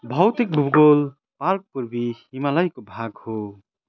भौतिक भूगोल पार्क पूर्वी हिमालयको भाग हो